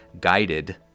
guided